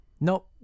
no